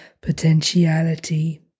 potentiality